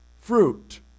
fruit